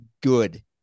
good